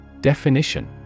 Definition